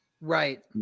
Right